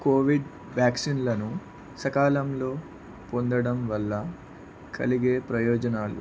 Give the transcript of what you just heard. Covid వ్యాక్సిన్లను సకాలంలో పొందడం వల్ల కలిగే ప్రయోజనాలు